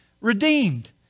redeemed